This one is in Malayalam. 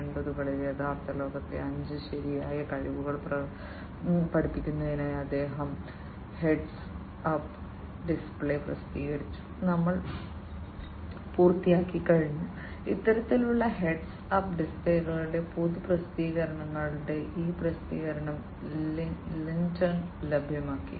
1980 കളിൽ യഥാർത്ഥ ലോകത്തെ അഞ്ച് ശരിയായ കഴിവുകൾ പഠിപ്പിക്കുന്നതിനായി അദ്ദേഹം ഹെഡ്സ് അപ്പ് ഡിസ്പ്ലേ പ്രസിദ്ധീകരിച്ചു ഞങ്ങൾ പൂർത്തിയാക്കിക്കഴിഞ്ഞു ഇത്തരത്തിലുള്ള ഹെഡ്സ് അപ്പ് ഡിസ്പ്ലേകളുടെ പൊതു പ്രസിദ്ധീകരണങ്ങളുടെ ഈ പ്രസിദ്ധീകരണം ലിന്റൺ ലഭ്യമാക്കി